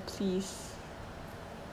see I'm a very nice girl